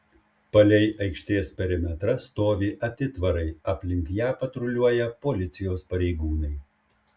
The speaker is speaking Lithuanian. palei aikštės perimetrą stovi atitvarai aplink ją patruliuoja policijos pareigūnai